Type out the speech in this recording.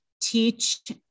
teach